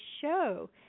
show